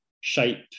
shape